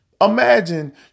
Imagine